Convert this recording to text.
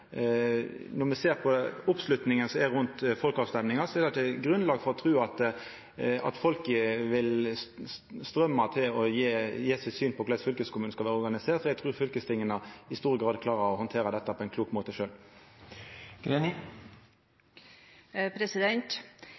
Når me ser på oppslutninga som er rundt folkeavstemmingar, er det ikkje grunnlag for å tru at folk vil strøyma til og gje sitt syn på korleis fylkeskommunen skal vera organisert. Så eg trur fylkestinga i stor grad klarer å handtera dette på ein klok måte